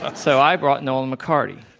so, i brought nolan mccarty.